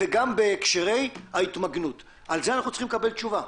וגם בהקשרי ההתמגנות - על זה אנחנו צריכים לקבל תשובה.